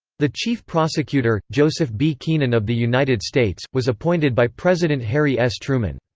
the chief prosecutor, joseph b. keenan of the united states, was appointed by president harry s. truman.